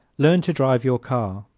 learn to drive your car